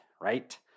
right